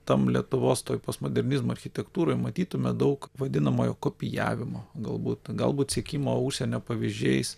tam lietuvos toj postmodernizmo architektūroj matytume daug vadinamojo kopijavimo galbūt galbūt sekimo užsienio pavyzdžiais